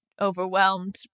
Overwhelmed